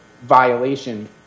violation